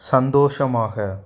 சந்தோஷமாக